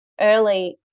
Early